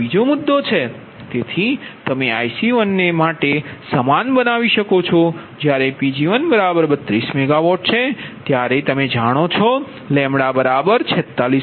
તેથી તમે IC1 ને માટે સમાન બનાવી શકો છો જ્યારે Pg132MWતમે જાણો છો λ 46